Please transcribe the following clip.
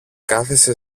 κάθισε